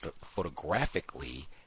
photographically